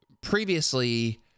previously